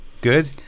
Good